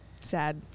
Sad